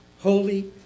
holy